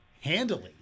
Handily